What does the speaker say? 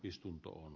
istuntoon